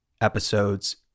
episodes